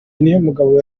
niyomugabo